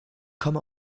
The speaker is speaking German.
komme